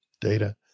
data